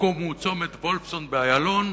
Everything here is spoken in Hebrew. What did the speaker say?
המקום הוא צומת וולפסון באיילון,